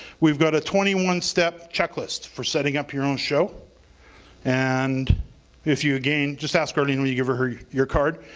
we've got a twenty one step checklist for setting up your own show and if you again, just ask arlene when you give her her your card,